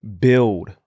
build